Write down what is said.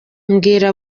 mbwira